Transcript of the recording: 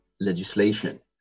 legislation